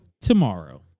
tomorrow